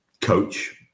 coach